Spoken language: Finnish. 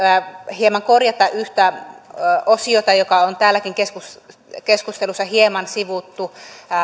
hieman korjata yhtä osiota jota on täälläkin keskustelussa keskustelussa hieman sivuttu